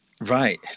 right